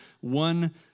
one